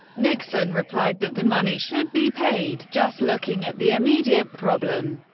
nixon replied that the money should be paid. just looking at the immediate problem,